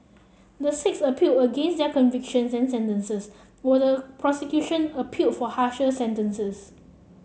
the six appealed against their convictions and sentences while the prosecution appealed for harsher sentences